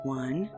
one